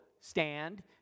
stand